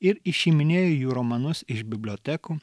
ir išiminėjo jų romanus iš bibliotekų